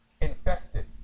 Infested